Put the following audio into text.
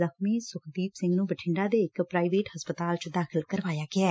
ਜ਼ਖ਼ਮੀ ਸੁਖਦੀਪ ਸਿੰਘ ਨੰ ਬਠਿੰਡਾ ਦੇ ਇਕ ਪ੍ਰਾਈਵੇਟ ਹਸਪਤਾਲ ਚ ਦਾਖਲ ਕਰਵਾਇਆ ਗਿਐ